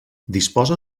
disposa